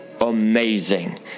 amazing